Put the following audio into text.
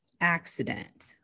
accident